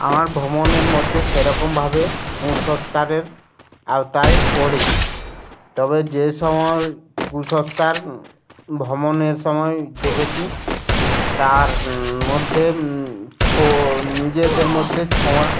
আমার ভ্রমণের মধ্যে সেরকমভাবে কুসস্কারের আওতায় পড়িনি তবে যে সময় কুসস্কার ভ্রমণের সময় দেখেছি তার মধ্যে ছ নিজেদের মধ্যে ছোঁয়া